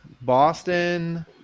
Boston